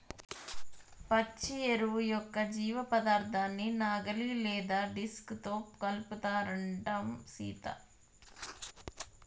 పచ్చి ఎరువు యొక్క జీవపదార్థాన్ని నాగలి లేదా డిస్క్ తో కలుపుతారంటం సీత